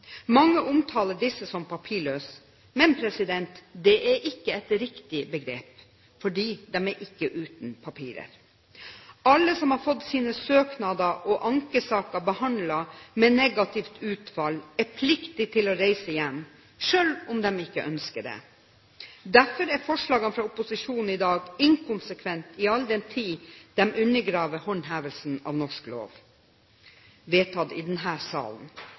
Mange omtaler disse som «papirløse», men det er ikke et riktig begrep, fordi de er ikke uten papirer. Alle som har fått sine søknader og ankesaker behandlet med negativt utfall, er pliktig til å reise hjem, selv om de ikke ønsker det. Derfor er forslagene fra opposisjonen i dag inkonsekvent all den tid de undergraver håndhevelsen av norsk lov, vedtatt i